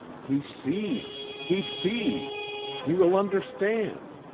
he sees, he sees he will understand!